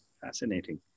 Fascinating